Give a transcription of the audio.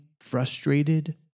frustrated